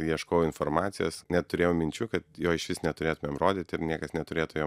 ieškojau informacijos neturėjau minčių kad jo išvis neturėtumėm rodyti ir niekas neturėtų jo